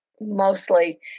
mostly